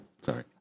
Sorry